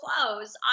clothes